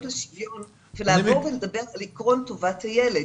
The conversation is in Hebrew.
לשוויון של לעבור ולדבר על עקרון טובת הילד.